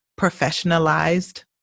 professionalized